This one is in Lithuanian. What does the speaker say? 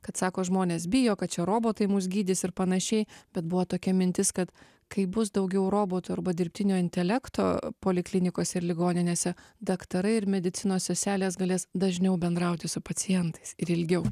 kad sako žmonės bijo kad čia robotai mus gydys ir panašiai bet buvo tokia mintis kad kai bus daugiau robotų arba dirbtinio intelekto poliklinikose ir ligoninėse daktarai ir medicinos seselės galės dažniau bendrauti su pacientais ir ilgiau